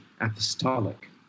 apostolic